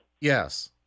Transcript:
Yes